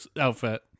outfit